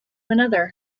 another